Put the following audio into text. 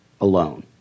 alone